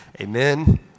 Amen